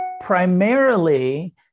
primarily